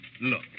Look